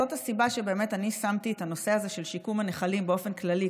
זאת הסיבה ששמתי את הנושא של שיקום הנחלים באופן כללי,